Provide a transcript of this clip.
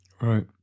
Right